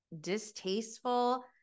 distasteful